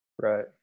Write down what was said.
Right